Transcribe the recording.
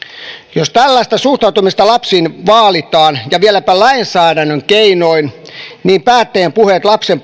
jos tällaista suhtautumista lapsiin vaalitaan ja vieläpä lainsäädännön keinoin niin päättäjien puheet lapsen